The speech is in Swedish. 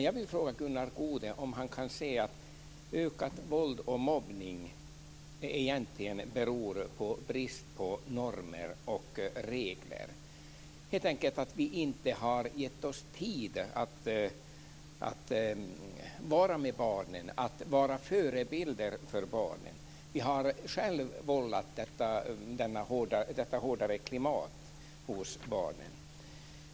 Jag vill fråga Gunnar Goude om han kan se att ökat våld och mobbning egentligen beror på brist på normer och regler. Det beror helt enkelt på att vi inte har gett oss tid att vara med barnen och vara förebilder för barnen. Vi har själva vållat detta hårdare klimat hos barnen.